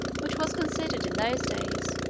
which was considered, in those days,